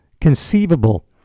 conceivable